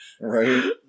right